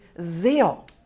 zeal